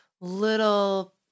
little